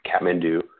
Kathmandu